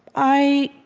i